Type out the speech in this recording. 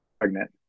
pregnant